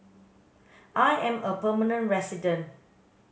I am a permanent resident